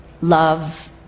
love